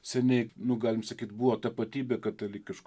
seniai nu galim sakyt buvo tapatybė katalikiškoji